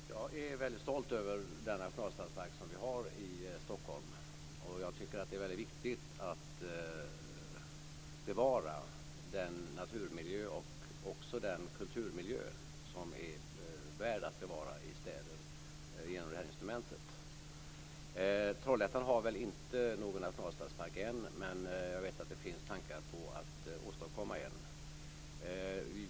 Fru talman! Jag är väldigt stolt över den nationalstadspark som vi har i Stockholm. Jag tycker att det är väldigt viktigt att bevara den naturmiljö och också den kulturmiljö som är värd att bevara i städer genom detta instrument. Trollhättan har väl inte någon nationalstadspark ännu, men jag vet att det finns tankar på att åstadkomma en sådan.